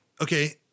Okay